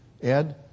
Ed